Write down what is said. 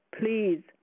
please